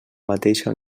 mateixa